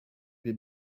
wir